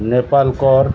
নেপাল কর